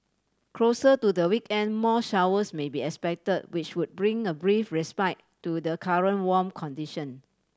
closer to the weekend more showers may be expect which would bring a brief respite to the current warm condition